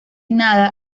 nada